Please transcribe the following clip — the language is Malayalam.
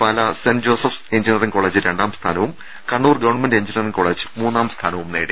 Pala saint Joseph's engineering college രണ്ടാം സ്ഥാനവും കണ്ണൂർ ഗവൺമെന്റ് എഞ്ചിനിയറിംഗ് കോളേജ് മൂന്നാംസ്ഥാനവും നേടി